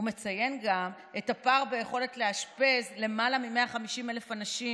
הוא מציין גם את הפער ביכולת לאשפז למעלה מ-150,000 אנשים,